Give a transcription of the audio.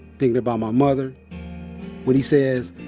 thinking about my mother when he says,